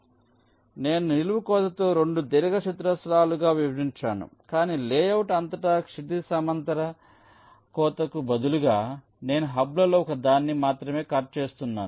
కాబట్టి నేను నిలువు కోతతో 2 దీర్ఘచతురస్రాలుగా విభజించాను కానీ లేఅవుట్ అంతటా క్షితిజ సమాంతర కోతకు బదులుగా నేను హబ్లలో ఒకదాన్ని మాత్రమే కట్ చేస్తున్నాను